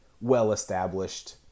well-established